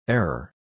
Error